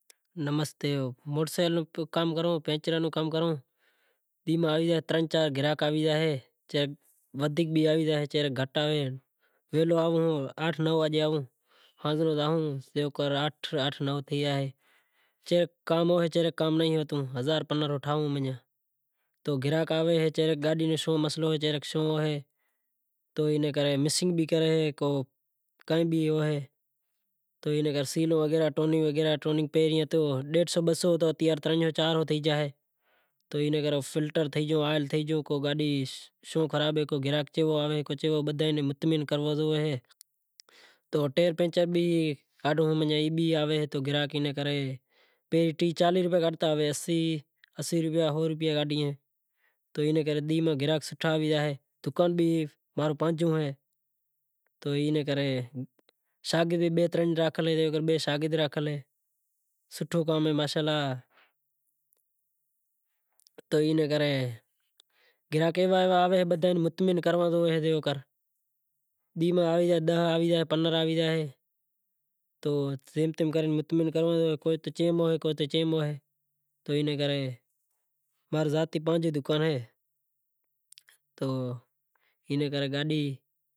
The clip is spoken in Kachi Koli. موٹر سینکلوں نو کام کروں، پنچروں نو کام کروں، ترن چار گراہک آوی جائیں ودھیک بئے آوے جائیں کے را گھٹ آوے جائیں۔ کام ماہ ویہلو آئوں ہات آٹھ نو تھے زائیں، گراہک آوے کہ گاڈی ماں شوں مسئلو ہوئے ٹیوننگ ہوئے پہلو تو ڈیڈھ سو بئے سو ہتو ہوے ترن چار سو تھے زائے تو اینو فلٹر تھئی گیو گیئر خراب تھے گیو کو گراہک کیوو ہوئے کو کیوو ہوئے تو بدہاں نیں مطعمن کروا تو ٹیر پنچر بھی آوے پہلا ٹیھ چالیہہ روپیا کاڈھتا ہوے سو بئے سو کاڈھی زاں۔ دکان بھی مانجو پانجو ہوئے۔ تو اینے کرے شاگرد بئے ترن راکھل اہیں۔ سوٹھو کام اہے ماشا اللہ تو اینے کرے گراہک ایوا ایوا آئیں تو بدہاں نیں مطعمن کرووں پڑے ڈینہں میں داہ آئے جائیں، پندرنہں آئے جائیں تو جم تم کرے مچیمن کرووں پڑے کوئی چیم ہوئے تو کوئی چیم ہوئے۔ اینے اکرے مانجو ذاتی پانجو دکان اہے تو